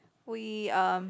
we um